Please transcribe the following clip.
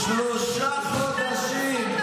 שלושה חודשים.